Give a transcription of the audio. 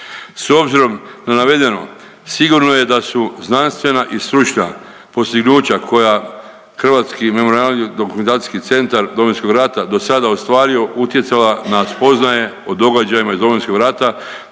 S obzirom na navedeno sigurno je da su znanstvena i stručna postignuća koja Hrvatski memoracijski dokumentacijski centar Domovinskog rata do sada ostvario utjecala na spoznaje o događajima iz Domovinskog rata,